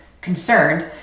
concerned